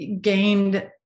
gained